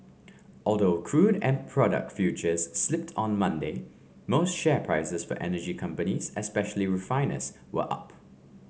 although crude and product futures slipped on Monday most share prices for energy companies especially refiners were up